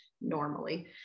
Normally